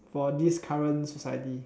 for this current society